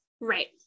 Right